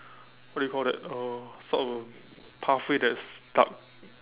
what do you call that a sort of a pathway that is dark